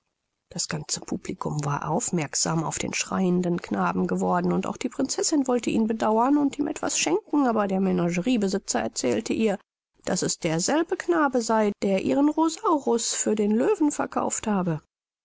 das ganze publikum war aufmerksam auf den schreienden knaben geworden und auch die prinzessin wollte ihn bedauern und ihm etwas schenken aber der menageriebesitzer erzählte ihr daß es derselbe knabe sei der ihren rosaurus für den löwen verkauft habe